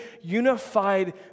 unified